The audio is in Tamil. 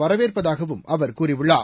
வரவேற்பதாகவும் அவர் கூறியுள்ளார்